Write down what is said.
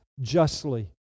justly